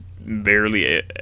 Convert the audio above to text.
barely